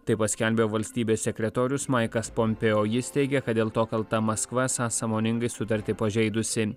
tai paskelbė valstybės sekretorius maiklas pompeo o jis teigia kad dėl to kalta maskva esą sąmoningai sutartį pažeidusi